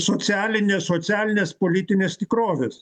socialinės socialinės politinės tikrovės